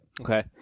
Okay